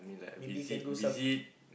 maybe can do some